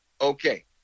Okay